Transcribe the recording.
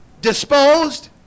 disposed